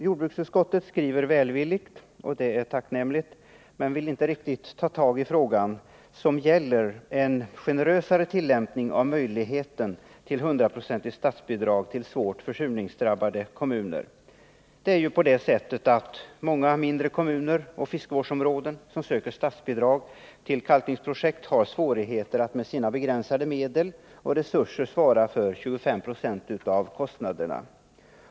Jordbruksutskottet skriver välvilligt — och det är tacknämligt — men vill inte riktigt ta tag i frågan, som gäller en generösare tillämpning av möjligheten till 100-procentigt statsbidrag till svårt försurningsdrabbade kommuner. Många mindre kommuner och fiskevårdsområden som söker statsbidrag till kalkningsprojekt har ju med sina begränsade medel och resurser svårigheter att svara för 25 90 av kostnaderna.